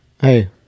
Hey